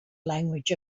language